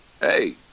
hey